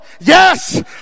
Yes